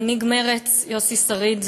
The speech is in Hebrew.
מנהיג מרצ יוסי שריד,